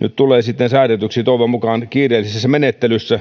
nyt tulee sitten säädetyksi toivon mukaan kiireellisessä menettelyssä